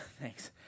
Thanks